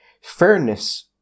Fairness